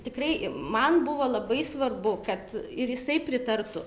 tikrai man buvo labai svarbu kad ir jisai pritartų